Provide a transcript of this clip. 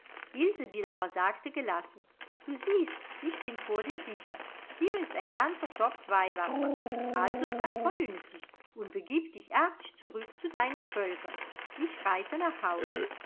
aber sagte gelassen du siehst ich bin vor dir sicher hier ist ein ganzer topf weihwasser also sei vernünftig und begib dich artig zurück zu deinen völkern ich reite nach hause